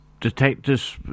detectives